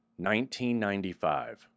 1995